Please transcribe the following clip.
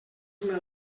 una